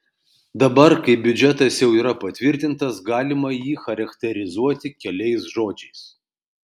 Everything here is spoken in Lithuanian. dabar kai biudžetas jau yra patvirtintas galima jį charakterizuoti keliais žodžiais